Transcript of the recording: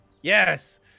Yes